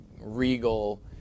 regal